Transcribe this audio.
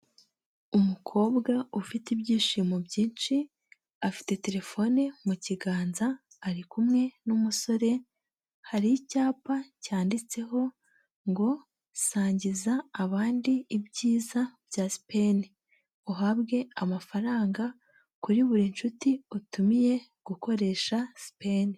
Umukobwa ufite ibyishimo byinshi, afite telefone mu kiganza, ari kumwe n'umusore, hari icyapa cyanditseho ngo "sangiza abandi ibyiza bya Sipeni uhabwe amafaranga kuri buri nshuti utumiye gukoresha Sipeni."